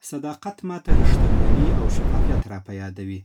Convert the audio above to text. صداقت ماته رښتينولي او شفافیت راپه یادوي.